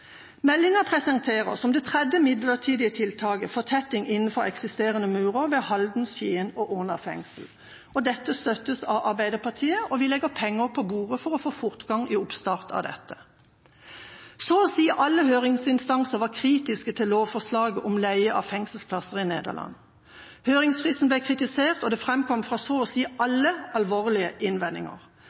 Meldinga presenterer, som det tredje midlertidige tiltaket, fortetting innenfor eksisterende murer ved Halden, Skien og Åna fengsel. Dette støttes av Arbeiderpartiet, og vi legger penger på bordet for å få fortgang i oppstart av dette. Så å si alle høringsinstanser var kritiske til lovforslaget om leie av fengselsplasser i Nederland. Høringsfristen ble kritisert, og det framkom alvorlige innvendinger fra så å si alle.